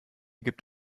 gibt